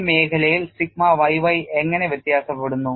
ഈ മേഖലയിൽ sigma yy എങ്ങനെ വ്യത്യാസപ്പെടുന്നു